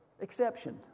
exception